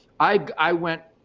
i went,